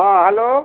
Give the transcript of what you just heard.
ହଁ ହ୍ୟାଲୋ